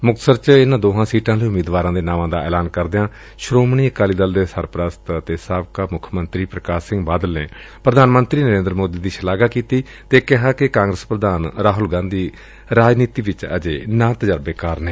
ਮੁਕਤਸਰ ਚ ਇਨੂਾਂ ਦੋਵਾਂ ਸੀਟਾਂ ਲਈ ਉਮੀਦਵਾਰਾਂ ਦੇ ਨਾਵਾਂ ਦਾ ਐਲਾਨ ਕਰਦਿਆਂ ਸ੍ਹੋਮਣੀ ਅਕਾਲੀ ਦਲ ਦੇ ਸਰਪ੍ਸਤ ਪ੍ਰਕਾਸ਼ ਸਿੰਘ ਬਾਦਲ ਨੇ ਪ੍ਰਧਾਨ ਮੰਤਰੀ ਨਰੇਂਦਰ ਮੋਦੀ ਦੀ ਸ਼ਲਾਘਾ ਕਰਦਿਆਂ ਕਿਹਾ ਕਿ ਕਾਂਗਰਸ ਪ੍ਧਾਨ ਰਾਹੁਲ ਗਾਂਧੀ ਰਾਜਨੀਤੀ ਵਿਚ ਅਜੇ ਨਾਤਜਰਬੇਕਾਰ ਨੇ